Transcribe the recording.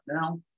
now